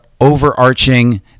overarching